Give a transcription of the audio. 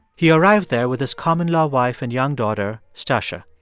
he arrived there with his common-law wife and young daughter, stacya.